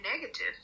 negative